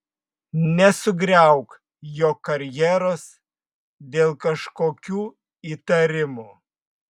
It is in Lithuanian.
nesugriauk jo karjeros dėl kažkokių įtarimų